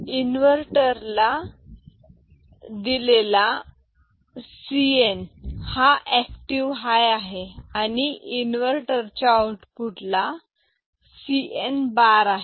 inverter ला delay ला Cn हा एक्टिव हाय आहे आणि इन्व्हर्टर च्या आउटपुटला Cn बार आहे